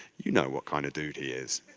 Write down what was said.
you know what kind of dude he is.